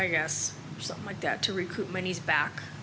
i guess something like that to recoup monies back